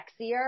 sexier